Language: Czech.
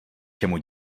čemu